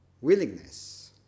willingness